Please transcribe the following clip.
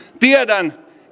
tiedän